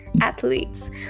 athletes